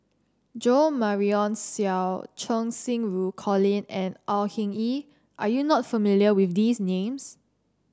Jo Marion Seow Cheng Xinru Colin and Au Hing Yee are you not familiar with these names